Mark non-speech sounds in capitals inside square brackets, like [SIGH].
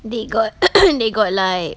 they got [NOISE] they got like